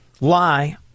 lie